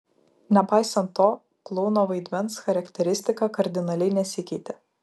nepaisant to klouno vaidmens charakteristika kardinaliai nesikeitė